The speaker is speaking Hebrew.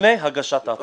לפני הגשת ההצעה.